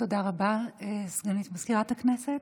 תודה רבה, סגנית מזכירת הכנסת.